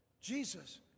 Jesus